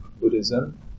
Buddhism